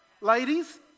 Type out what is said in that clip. Ladies